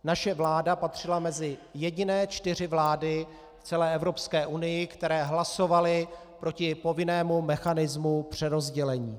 Naše vláda patřila mezi jediné čtyři vlády v celé Evropské unii, které hlasovaly proti povinnému mechanismu přerozdělení.